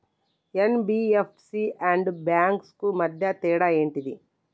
NBFC and banks కు మధ్య తేడా ఏంటిది?